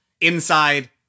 inside